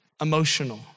emotional